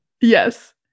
Yes